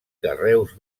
carreus